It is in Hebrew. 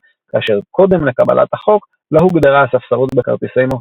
כאשר קודם לקבלת החוק לא הוגדרה הספסרות בכרטיסי מופעים מופעים כעבירה.